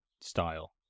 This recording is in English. style